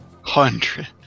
hundred